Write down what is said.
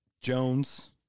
Jones